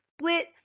split